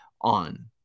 on